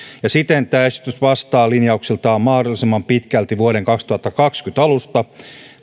ja siten tämä esitys vastaa linjauksiltaan mahdollisimman pitkälti vuoden kaksituhattakaksikymmentä alusta